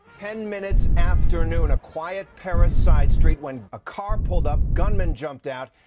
ten minutes, afternoon, a quiet paris side street when a car pulled up, gunmen jumped out,